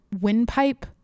windpipe